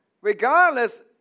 Regardless